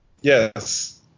yes